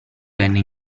venne